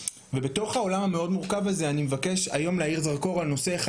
ובתוך העולם המאוד מורכב הזה אני מבקש היום להאיר זרקור על נושא אחד